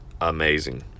amazing